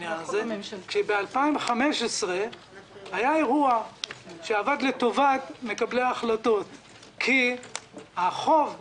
כאשר ב-2015 היה אירוע שעבד לטובת מקבלי ההחלטות כי החוב,